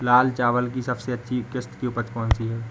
लाल चावल की सबसे अच्छी किश्त की उपज कौन सी है?